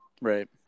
Right